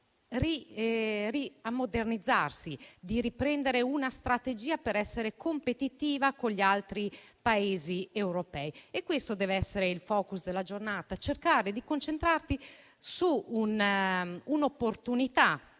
di modernizzarsi e di intraprendere una strategia per essere competitivo con gli altri Paesi europei. Questo dev'essere il *focus* della giornata: dobbiamo cercare di concentrarci su un'opportunità.